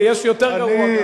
ויש יותר גרוע גם.